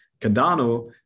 Cardano